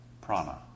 prana